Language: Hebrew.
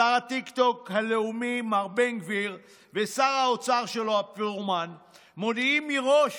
שר הטיקטוק הלאומי מר בן גביר ושר האוצר שלו הפירומן מודיעים מראש